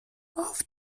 auf